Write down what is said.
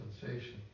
sensation